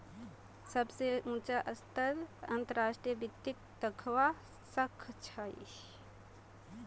सबस उचा स्तरत अंतर्राष्ट्रीय वित्तक दखवा स ख छ